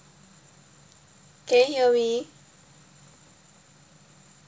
can you hear me